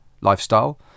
lifestyle